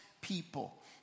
people